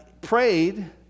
prayed